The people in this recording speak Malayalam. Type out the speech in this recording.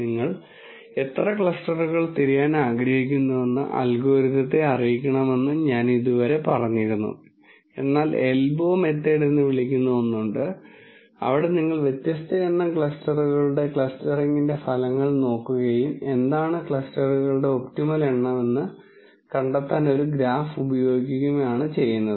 നിങ്ങൾ എത്ര ക്ലസ്റ്ററുകൾ തിരയാൻ ആഗ്രഹിക്കുന്നുവെന്ന് അൽഗോരിതത്തെ അറിയിക്കണമെന്ന് ഞാൻ ഇതുവരെ പറഞ്ഞിരുന്നു എന്നാൽ എൽബോ മെത്തേഡ് എന്ന് വിളിക്കപ്പെടുന്ന ഒന്നുണ്ട് അവിടെ നിങ്ങൾ വ്യത്യസ്ത എണ്ണം ക്ലസ്റ്ററുകളുടെ ക്ലസ്റ്ററിംഗിന്റെ ഫലങ്ങൾ നോക്കുകയും എന്താണ് ക്ലസ്റ്ററുകളുടെ ഒപ്റ്റിമൽ എണ്ണം എന്ന് കണ്ടെത്താൻ ഒരു ഗ്രാഫ് ഉപയോഗിക്കുകയുമാണ് ചെയ്യുന്നത്